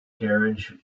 carriage